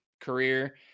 career